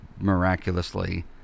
miraculously –